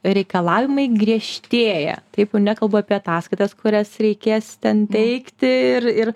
reikalavimai griežtėja taip jau nekalbu apie ataskaitas kurias reikės ten teikti ir ir